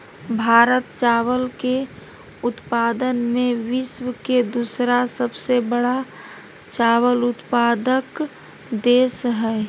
भारत चावल के उत्पादन में विश्व के दूसरा सबसे बड़ा चावल उत्पादक देश हइ